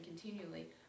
continually